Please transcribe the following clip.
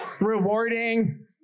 Rewarding